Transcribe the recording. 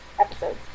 episodes